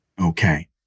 Okay